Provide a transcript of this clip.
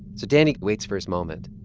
so danny waits for his moment,